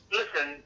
listen